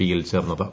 P യിൽ ചേർന്നത്